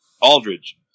Aldridge